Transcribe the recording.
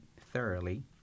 thoroughly